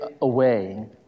away